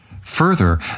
Further